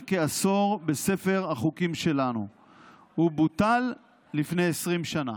כעשור בספר החוקים שלנו ובוטל לפני 20 שנה.